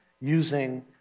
using